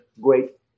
great